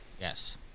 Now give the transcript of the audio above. Yes